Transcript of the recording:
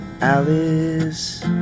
Alice